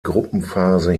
gruppenphase